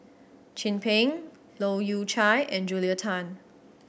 Chin Peng Leu Yew Chye and Julia Tan